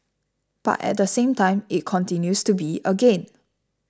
but at the same time it continues to be a gain